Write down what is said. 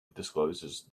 discloses